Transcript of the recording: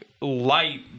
light